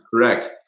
correct